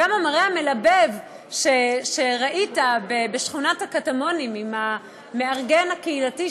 גם המראה המלבב שראית בשכונת הקטמונים עם המארגן הקהילתי,